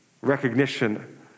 recognition